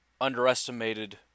underestimated